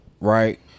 right